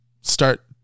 start